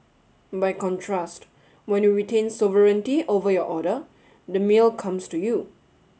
by contrast when you retain sovereignty over your order the meal comes to you